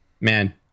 Man